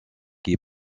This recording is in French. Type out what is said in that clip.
qui